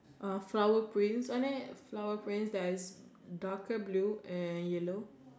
uh flower print and then flower print there is darker blue and yellow